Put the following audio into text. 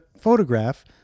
photograph